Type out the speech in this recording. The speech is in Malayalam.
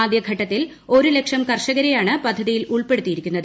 ആദ്യഘട്ടത്തിൽ ഒരു ലക്ഷം കർഷകരെയാണ് പദ്ധതിയിൽ ഉൾപ്പെടുത്തിയിരിക്കുന്നത്